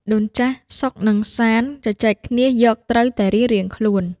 ដូនចាស់ សុខ និងសាន្ត ជជែកគ្នាយកត្រូវតែរៀងៗខ្លួន។